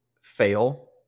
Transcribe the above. fail